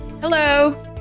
Hello